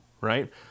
right